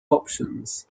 options